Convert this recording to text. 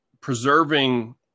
preserving